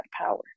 power